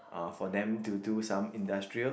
uh for them to do some industrial